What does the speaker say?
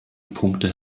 punkte